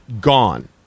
gone